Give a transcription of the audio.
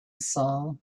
saul